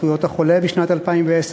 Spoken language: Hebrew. זכויות החולה בשנת 2012,